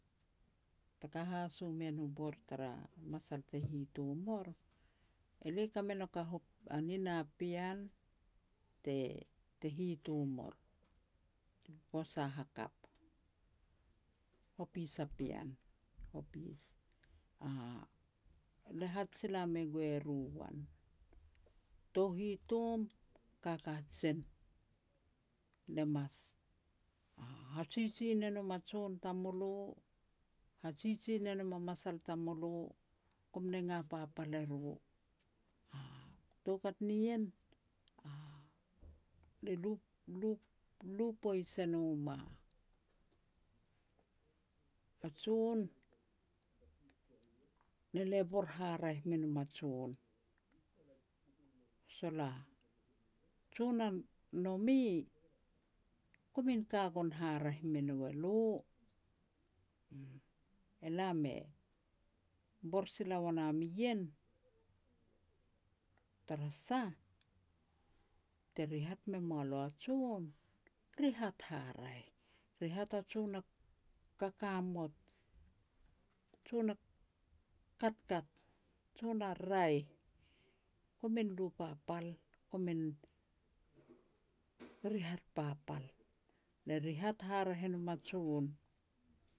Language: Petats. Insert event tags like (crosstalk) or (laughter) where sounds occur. Taka haso mean u bor tara masal ti hitom or, elia ka me nouk a ho (unintelligible) a nina pean, te-te hitom or, posa hakap, hopis a pean, hopis. (hesitation) lia hat sila me gue ru uan, tou hitom ka kajen. Le mas (hesitation) hajiji ne nom a jon tamulo, hajiji ne nom a masal tamulo, kum nenga papal eru. (hesitation) Toukat nien, (hesitation) le lu-lu-lu poij e nom a-a jon, ne le bor haraeh me nom a jon. Sol a jon a nome, komin ka gon haraeh me nou elo. Elam e bor sila ua nom ien, tara sah, te rihat me mua lo a jon, rihat haraeh. Rihat a jon a kakamot, jon a katkat, jon a raeh, komin lu papal, komin rihat papal. Le rihat haraeh e nom a jon